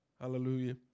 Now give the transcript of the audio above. Hallelujah